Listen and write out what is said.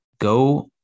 go